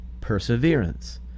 perseverance